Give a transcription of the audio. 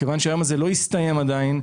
מכיוון שהיום הזה לא הסתיים עדיין,